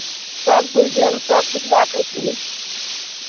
सभकिछु देब सभकिछु राखै छियै